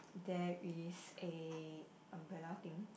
there is a umbrella thing